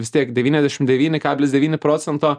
vis tiek devyniasdešim devyni kablis devyni procento